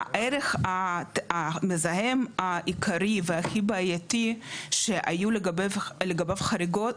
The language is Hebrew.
הערך המזהם העיקרי והכי בעייתי שהיו לגביו חריגות,